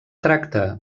tracta